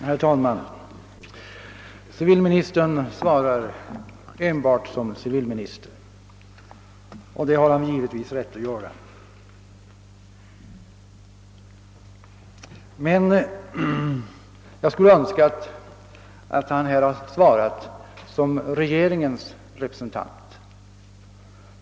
Herr talman! Civilministern svarar enbart som civilminister, och det har han givetvis rätt att göra. Jag skulle dock önskat att han i detta sammanhang hade svarat som regeringens representant.